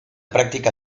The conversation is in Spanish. práctica